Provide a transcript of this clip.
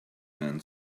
man